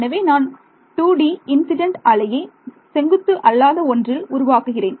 எனவே நான் 2D incident அலையை செங்குத்து அல்லாத ஒன்றில் உருவாக்குகிறேன்